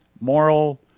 moral